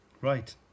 Right